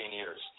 years